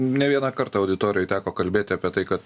ne vieną kartą auditorijai teko kalbėti apie tai kad